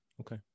okay